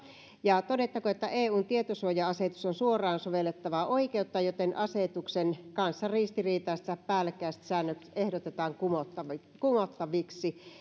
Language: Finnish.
todettakoon että eun tietosuoja asetus on suoraan sovellettavaa oikeutta joten asetuksen kanssa ristiriitaiset ja päällekkäiset säännökset ehdotetaan kumottaviksi kumottaviksi